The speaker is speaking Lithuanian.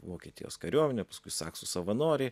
vokietijos kariuomenė paskui saksų savanoriai